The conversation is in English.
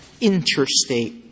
interstate